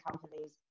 companies